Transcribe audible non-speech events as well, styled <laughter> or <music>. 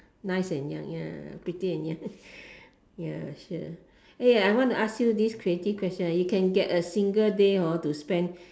nice and young ya pretty and young <breath> ya sure eh I want to ask you this creative question you can a single day hor to spend